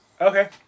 Okay